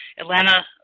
Atlanta